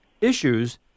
issues